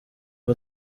aba